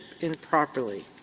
improperly